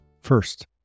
First